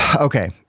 Okay